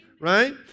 right